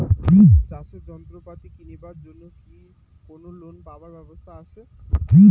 চাষের যন্ত্রপাতি কিনিবার জন্য কি কোনো লোন পাবার ব্যবস্থা আসে?